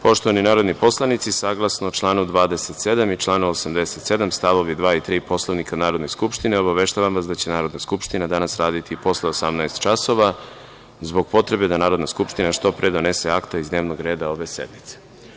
Poštovani narodni poslanici, saglasno članu 27. i članu 87. st. 2. i 3. Poslovnika Narodne skupštine, obaveštavam vas da će Narodna skupština danas raditi i posle 18,00 časova zbog potrebe da Narodna skupština što pre donese akta iz dnevnog reda ove sednice.